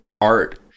art